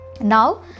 now